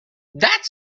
that